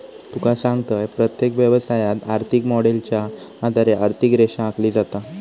तुका सांगतंय, प्रत्येक व्यवसायात, आर्थिक मॉडेलच्या आधारे आर्थिक रेषा आखली जाता